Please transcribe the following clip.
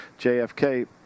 JFK